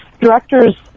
directors